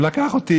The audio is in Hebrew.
הוא לקח אותי,